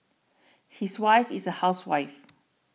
his wife is a housewife